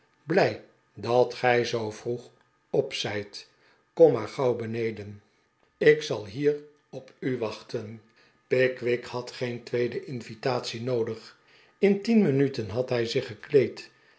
blij dat gij zoo vroeg op zijt kom maar gauw beneden ik zal hier op u wachten pickwick had geen tweede invitatie noodig in tien minuten had hij zich gekleed